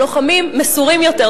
הם לוחמים מסורים יותר,